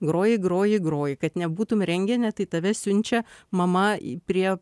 groji groji groji kad nebūtum rengene tai tave siunčia mama į prie